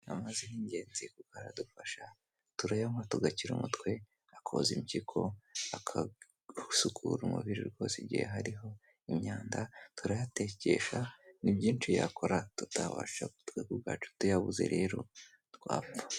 Amazi ni ingenzi kuko aradufasha turayanywa tugakira umutwe, akoza impyiko, agasukura umubiri igihe hariho umwanda, turayatekesha, ni byinsh yakora tutabasha twe ubwacu tuyabuze rero twapfa.